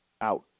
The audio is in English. Out